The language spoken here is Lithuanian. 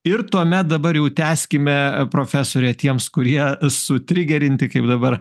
ir tuomet dabar jau tęskime profesore tiems kurie sutrigerinti kaip dabar